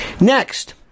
Next